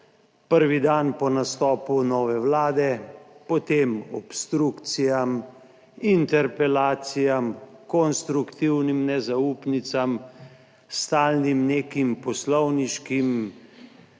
prvi dan po nastopu nove vlade, potem obstrukcijam, interpelacijam, konstruktivnim nezaupnicam, stalnim, nekim poslovniškim,